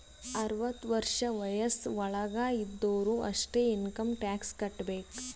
ಅರ್ವತ ವರ್ಷ ವಯಸ್ಸ್ ವಳಾಗ್ ಇದ್ದೊರು ಅಷ್ಟೇ ಇನ್ಕಮ್ ಟ್ಯಾಕ್ಸ್ ಕಟ್ಟಬೇಕ್